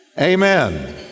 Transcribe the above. Amen